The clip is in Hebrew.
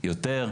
יותר.